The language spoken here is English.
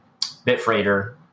Bitfreighter